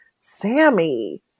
Sammy